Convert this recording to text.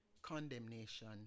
condemnation